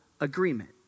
agreement